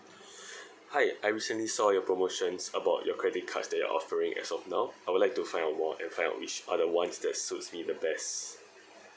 hi I recently saw your promotions about your credit cards that you're offering as of now I would like to find out more and find out which are the ones that suits me the best